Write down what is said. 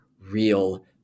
real